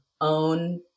own